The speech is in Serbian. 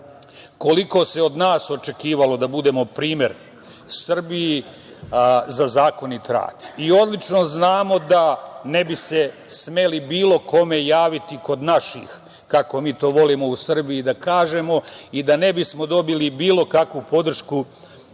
koliko se od nas očekivalo da budemo primer Srbiji za zakonit rad i odlično znamo da ne bi se smeli bilo kome javiti kod naših, kako mi to volimo u Srbiji da kažemo, i da ne bismo dobili bilo kakvu podršku